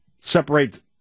separate